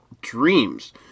dreams